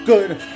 good